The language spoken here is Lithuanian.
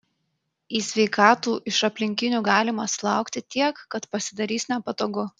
į sveikatų iš aplinkinių galima sulaukti tiek kad pasidarys nepatogu